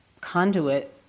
conduit